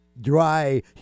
dry